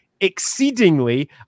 exceedingly